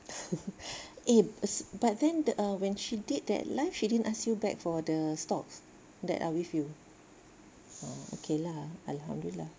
eh but then uh when she did that live she didn't ask you back for the stocks that are with you oh okay lah alhamdulillah